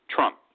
Trump